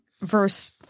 verse